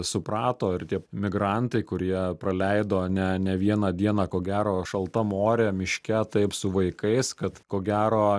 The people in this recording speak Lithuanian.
suprato ir tie migrantai kurie praleido ne ne vieną dieną ko gero šaltam ore miške taip su vaikais kad ko gero